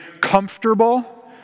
comfortable